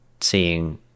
seeing